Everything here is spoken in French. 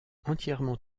entièrement